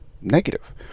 negative